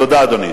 תודה, אדוני.